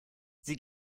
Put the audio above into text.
sie